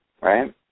right